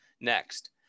Next